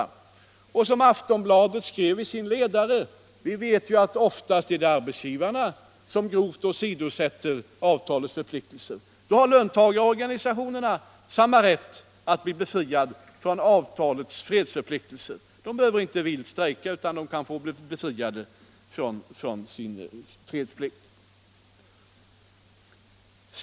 Och vi vet ju, som Aftonbladet skrev i sin ledare, att det oftast är arbetsgivarna som grovt åsidosätter avtalets förpliktelser. Då har löntagarorganisationerna samma rätt att bli befriade från avtalets fredsförpliktelser. De behöver inte ta till vild strejk, utan de kan bli befriade från sin fredsplikt.